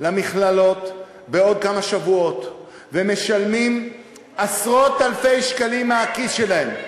למכללות בעוד כמה שבועות ומשלמים עשרות-אלפי שקלים מהכיס שלהם,